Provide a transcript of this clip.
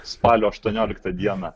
spalio aštuonioliktą dieną